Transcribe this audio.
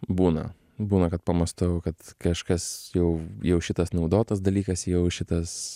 būna būna kad pamąstau kad kažkas jau jau šitas naudotas dalykas jau šitas